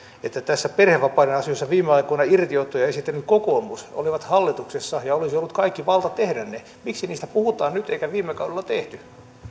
että perhevapaiden asioissa viime aikoina irtiottoja esittänyt kokoomus olivat hallituksessa ja olisi ollut kaikki valta tehdä ne miksi niistä puhutaan nyt eikä viime kaudella tehty